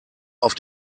auf